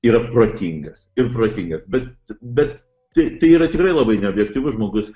yra protingas ir protingas bet bet tai tai yra tikrai labai neobjektyvus žmogus